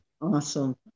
Awesome